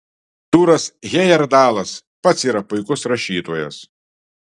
tūras hejerdalas pats yra puikus rašytojas